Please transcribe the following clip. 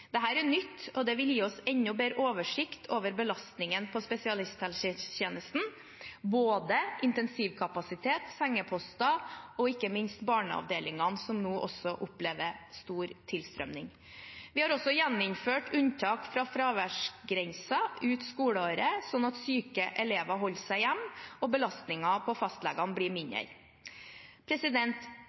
er nytt, og det vil gi oss enda bedre oversikt over belastningen på spesialisthelsetjenesten, både intensivkapasitet, sengeposter og ikke minst barneavdelingene, som nå også opplever stor tilstrømming. Vi har også gjeninnført unntak fra fraværsgrensen ut skoleåret, sånn at syke elever holder seg hjemme og belastningen på fastlegene blir mindre.